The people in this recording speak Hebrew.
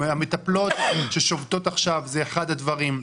המטפלות ששובתות עכשיו זה אחד הדברים.